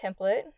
template